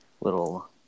little